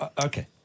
okay